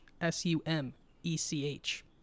s-u-m-e-c-h